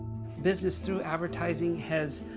business through advertising has,